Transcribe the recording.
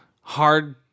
Hard